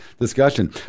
discussion